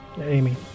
Amy